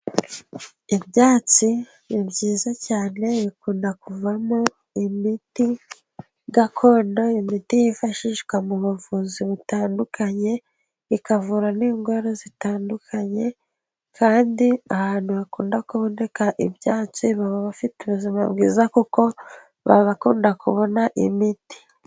Ibyatsi ni byiza cyane, bikunda kuvamo imiti gakondo. Imiti yifashishwa mu buvuzi butandukanye, ikavura n'indwara zitandukanye. Kandi ahantu hakunda kuboneka ibyatsi, baba bafite ubuzima bwiza, kuko baba bakunda kubona imiti.